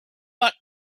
but